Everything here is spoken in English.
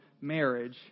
marriage